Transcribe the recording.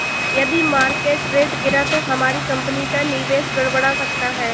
यदि market rate गिरा तो हमारी कंपनी का निवेश गड़बड़ा सकता है